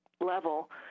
level